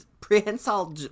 prehensile